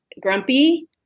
grumpy